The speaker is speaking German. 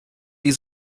die